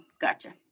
gotcha